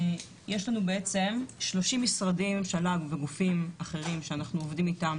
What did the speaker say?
יש לנו 30 משרדי ממשלה וגופים אחרים שאנחנו עובדים איתם,